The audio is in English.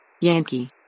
Yankee